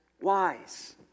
wise